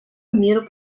міру